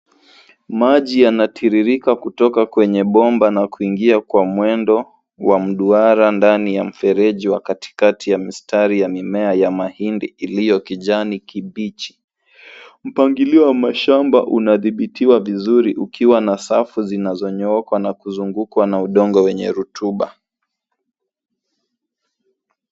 Maji yanatiririka kutoka kwenye bomba na kuingia kwa mwendo wa mduara ndani ya mfereji wa katikati ya mstari ya mimea ya mahindi iliyo kijani kibichi. Mpangilio wa mashamba una dhibitiwa vizuri ukiwa na safu zinazonyooka na kuzungukwa na udongo wenye rotuba.